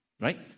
Right